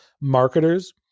marketers